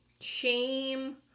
shame